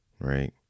right